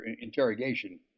interrogation